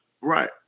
Right